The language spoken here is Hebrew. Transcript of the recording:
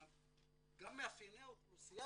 גם מאפייני האוכלוסייה,